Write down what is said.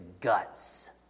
guts